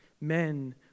Men